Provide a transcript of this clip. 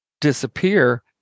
disappear